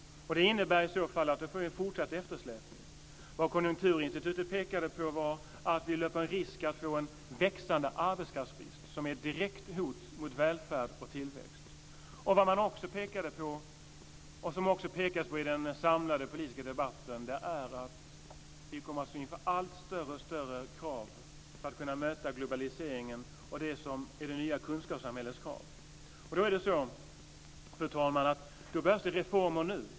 Det innebär i så fall att vi får en fortsatt eftersläpning. Konjukturinstitutet pekade på att vi löper en risk att få en växande arbetskraftsbrist som är ett direkt hot mot välfärd och tillväxt. Det pekade också på något som påpekats i den samlade politiska debatten. Vi kommer att ställas inför allt större krav för att kunna möta globaliseringen och också ställas inför det nya kunskapssamhällets krav. Fru talman! Det behövs reformer nu.